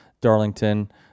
darlington